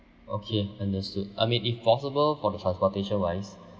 okay understood I mean if possible for the transportation wise